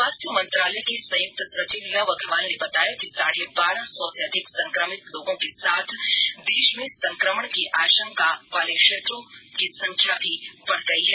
स्वास्थ्य मंत्रालय के संयुक्त सचिव लव अग्रवाल ने बताया कि साढ़े बारह सौ से अधिक संक्रमित लोगों के साथ देश में संक्रमण की आशंका वाले क्षेत्रों की संख्या भी बढ़ गई है